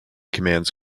commands